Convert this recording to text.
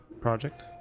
project